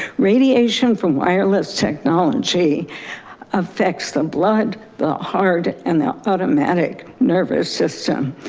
radiation from wireless technology affects the blood, the heart and the automatic nervous system.